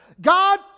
God